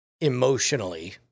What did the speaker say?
emotionally